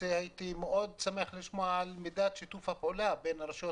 הייתי מאוד שמח לשמוע על מידת שיתוף הפעולה בין הרשויות